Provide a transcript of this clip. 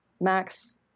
Max